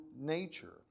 nature